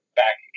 back